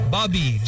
Bobby